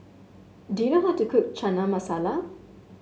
do you know how to cook Chana Masala